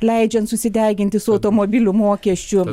leidžiant susideginti su automobilių mokesčiu